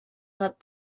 not